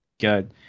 good